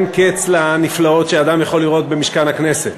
קץ לנפלאות שאדם יכול לראות במשכן הכנסת.